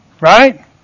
Right